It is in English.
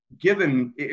given